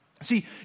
See